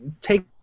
take